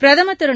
பிரதமர் திரு